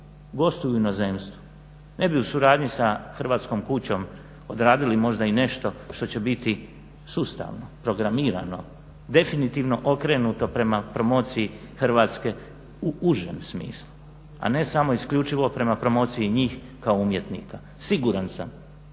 gostuju u inozemstvu ne bi u suradnji sa "Hrvatskom kućom" odradili možda i nešto što će biti sustavno programirano, definitivno okrenuto prema promociji Hrvatske u užem smislu, a ne samo isključivo prema promociji njih kao umjetnika. Siguran sam